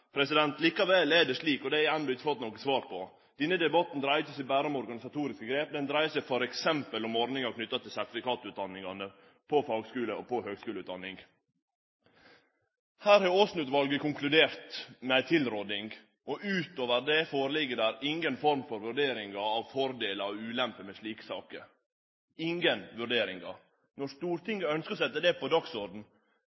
Likevel er det slik, og her har eg enno ikkje fått noko svar, at denne debatten ikkje berre dreier seg om organisatoriske grep, han dreier seg t.d. om ordningar knytte til sertifikatutdanningane på fagskule- og høgskuleutdanninga. Her har Aasen-utvalet konkludert med ei tilråding, og utover det ligg det inga form for vurderingar føre om fordelar og ulemper i slike saker – ingen vurderingar. Når